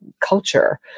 culture